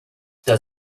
does